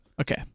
okay